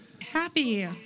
Happy